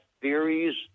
theories